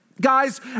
Guys